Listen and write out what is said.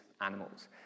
animals